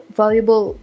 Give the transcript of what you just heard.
valuable